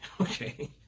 okay